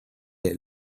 had